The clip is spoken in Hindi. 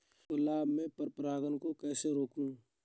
गुलाब में पर परागन को कैसे रोकुं?